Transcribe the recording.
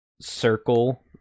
circle